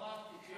אילת כבר אמרתי,